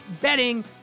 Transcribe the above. betting